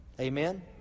Amen